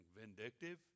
vindictive